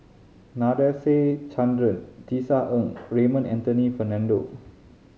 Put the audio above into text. Nadasen Chandra Tisa Ng Raymond Anthony Fernando